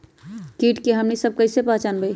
किट के हमनी सब कईसे पहचान बई?